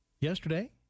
Yesterday